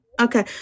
okay